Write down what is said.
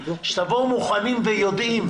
שתבואו מוכנים ויודעים.